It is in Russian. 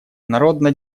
народно